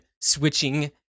switching